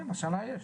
כן של השנה יש.